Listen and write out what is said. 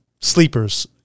sleepers